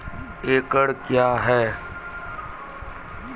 एकड कया हैं?